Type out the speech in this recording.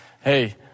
Hey